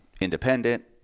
independent